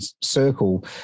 circle